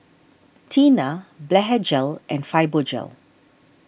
Tena Blephagel and Fibogel